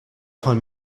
von